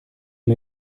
mir